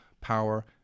power